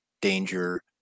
danger